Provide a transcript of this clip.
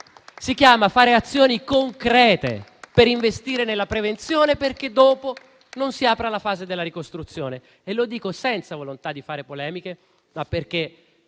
Si chiama fare azioni concrete per investire nella prevenzione, affinché dopo non si apra la fase della ricostruzione. Lo dico senza volontà di fare polemiche, ma perché